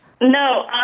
No